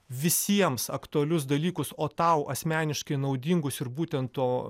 visiems aktualius dalykus o tau asmeniškai naudingus ir būtent to